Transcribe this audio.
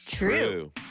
True